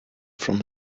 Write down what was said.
from